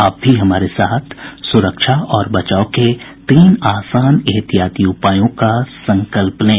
आप भी हमारे साथ सुरक्षा और बचाव के तीन आसान एहतियाती उपायों का संकल्प लें